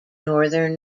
northern